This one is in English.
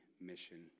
mission